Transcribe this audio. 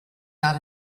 got